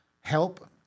help